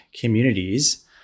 communities